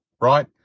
right